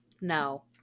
No